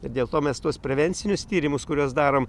dėl to mes tuos prevencinius tyrimus kuriuos darom